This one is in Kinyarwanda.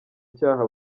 icyaha